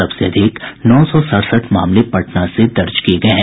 सबसे अधिक नौ सौ सड़सठ मामले पटना से दर्ज किये गये हैं